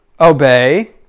obey